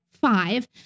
Five